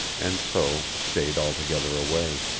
and so stayed altogether away.